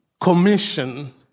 commission